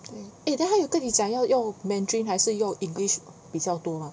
mm eh then 她有跟你讲要要 mandarin 还是要 english 比较多吗